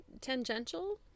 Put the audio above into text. tangential